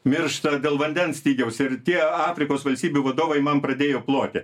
miršta dėl vandens stygiaus ir tie afrikos valstybių vadovai man pradėjo ploti